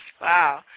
Wow